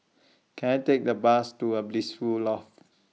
Can I Take A Bus to A Blissful Loft